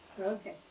Okay